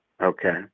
okay